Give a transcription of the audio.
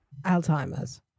Alzheimer's